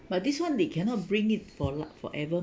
but this [one] they cannot bring it for lif~ forever